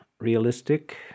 realistic